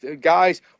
guys